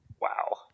Wow